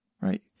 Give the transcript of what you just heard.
right